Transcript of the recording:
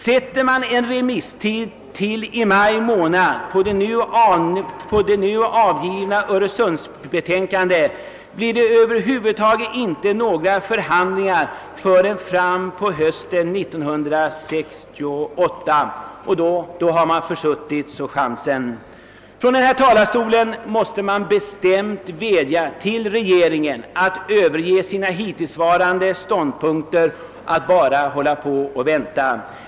Sätter man remisstiden för det nu avgivna öresundsbetänkandet till maj månad, blir det över huvud taget inte några förhandlingar förrän fram på hösten 1968, och då har man försuttit chansen. Från denna talarstol måste man bestämt vädja till regeringen att överge sin hittillsvarande ståndpunkt att bara vänta.